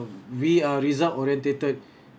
we r result orientated